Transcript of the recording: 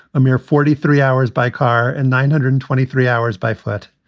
a mere forty three hours by car and nine hundred and twenty three hours by foot.